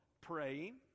praying